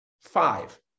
Five